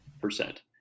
percent